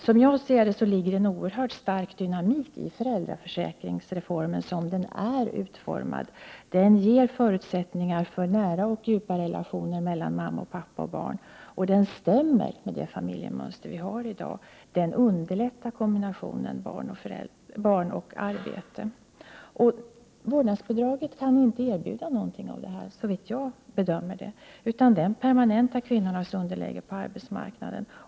Som jag ser saken finns det en oerhört stark dynamik i föräldraförsäkringsreformen såsom denna är utformad. Den ger förutsättningar för nära och djupa relationer mellan mamma, pappa och barn, och den överensstämmer med familjemönstret i dag. Föräldraförsäkringen underlättar också när det gäller kombinationen barn-arbete. Vårdnadsbidraget kan inte erbjuda någon av dessa förmåner, såvitt jag kan bedöma, utan vårdnadsbidraget innebär att kvinnornas underläge på arbetsmarknaden permanentas.